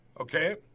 okay